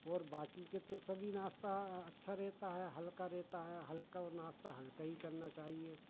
और बाक़ी के तो सभी नाश्ता अच्छा रहता है हल्का रहता है हल्का नाश्ता हल्का ही करना चाहिए